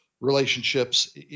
relationships